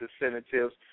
incentives